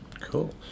Cool